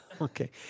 Okay